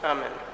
Amen